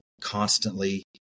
constantly